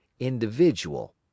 individual